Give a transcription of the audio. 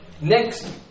next